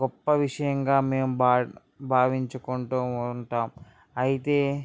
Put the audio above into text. గొప్ప విషయంగా మేము భావిం భావించుకుంటూ ఉంటాము అయితే